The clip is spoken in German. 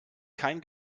kein